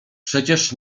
przecież